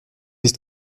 ist